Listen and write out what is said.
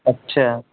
اچھا